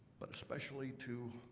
but especially to